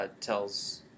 tells